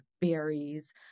berries